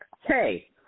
Hey